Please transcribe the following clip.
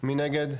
1 נגד,